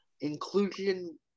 inclusion